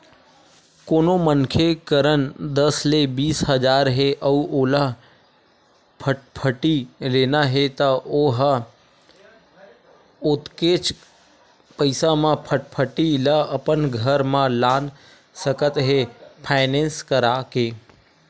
कोनो मनखे करन दस ले बीस हजार हे अउ ओला फटफटी लेना हे त ओ ह ओतकेच पइसा म फटफटी ल अपन घर म लान सकत हे फायनेंस करा के